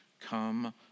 come